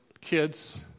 kids